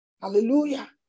Hallelujah